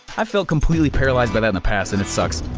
i've felt completely paralyzed by that in the past and it sucks.